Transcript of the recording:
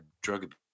drug